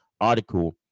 article